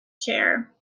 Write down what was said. chair